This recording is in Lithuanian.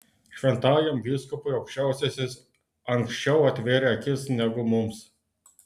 šventajam vyskupui aukščiausiasis anksčiau atvėrė akis negu mums